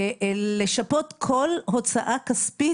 אנחנו התחייבנו לשפות כל הוצאה כספית,